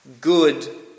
Good